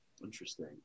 Interesting